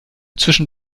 zwischen